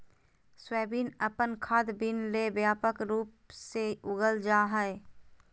soybean अपन खाद्य bean ले व्यापक रूप से उगाल जा हइ